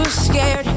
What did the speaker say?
scared